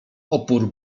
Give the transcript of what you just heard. opór